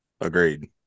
Agreed